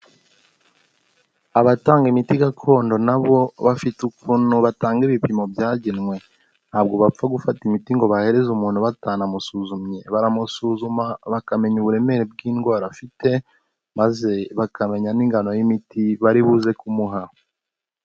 Abatanga imiti gakondo na bo bafite ukuntu batanga ibipimo byagenwe ntabwo bapfa gufata imiti ngo bahereze umuntu batanamusuzumye, baramusuzuma bakamenya uburemere bw'indwara afite maze bakamenya n'ingano y'imiti bari buze kumuha.